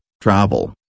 travel